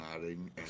nodding